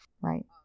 Right